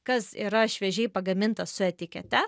kas yra šviežiai pagaminta su etikete